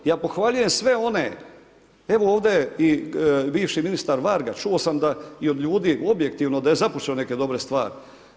Ja pohvaljujem sve one, evo ovdje i bivši ministar Varga, čuo sam da i od ljudi, objektivno da je započeo neke dobre stvari.